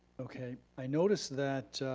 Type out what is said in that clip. okay, i noticed that